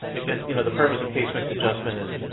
again, you know the purpose of case mix adjustment is,